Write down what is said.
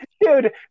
Dude